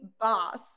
boss